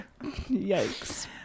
yikes